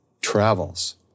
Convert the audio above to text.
travels